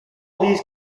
these